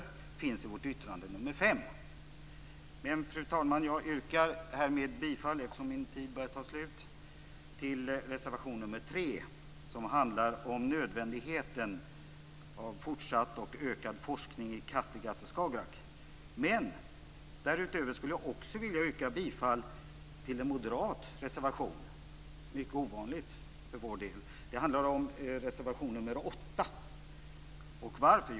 Detta återfinns i vårt särskilda yttrande, nr 5. Fru talman! Eftersom min taletid nästan är slut yrkar jag härmed bifall till reservation nr 3, som handlar om nödvändigheten av fortsatt och ökad forskning i Därutöver yrkar jag bifall till en moderat reservation, något som är mycket ovanligt för vår del. Det handlar om reservation nr 8. Varför yrkar jag bifall till denna reservtion?